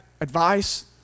advice